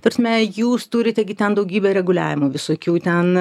ta prasme jūs turite gi ten daugybę reguliavimų visokių ten